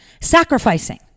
sacrificing